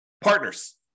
Partners